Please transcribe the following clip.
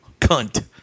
Cunt